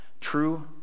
true